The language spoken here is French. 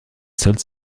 seul